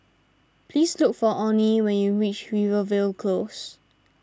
please look for Onnie when you reach Rivervale Close